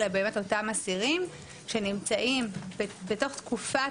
אלה באמת אותם אסירים שנמצאים בתוך תקופת